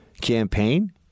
campaign